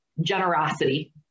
generosity